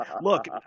look